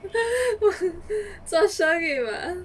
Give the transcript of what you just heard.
做生意 mah